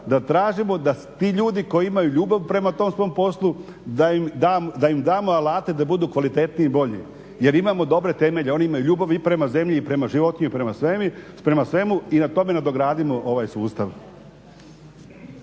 da tražimo da ti ljudi koji imaju ljubav prema tom svom poslu, da im damo alate da budu kvalitetniji i bolji jer imamo dobre temelje. Oni imaju ljubav i prema zemlji i prema životu i prema svemu i na tome nadogradimo ovaj sustav.